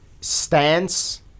stance